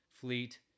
fleet